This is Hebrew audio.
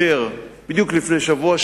בדיוק לפני שבוע,